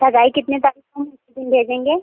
सगाई कितने तारीख को हम उसी दिन भेजेंगे